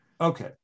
Okay